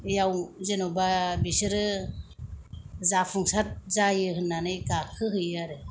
बेयाव जेन'बा बिसोरो जाफुंसार जायो होननानै गाखो हैयो आरो